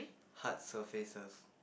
hard surfaces